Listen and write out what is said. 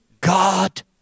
God